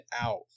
out